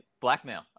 blackmail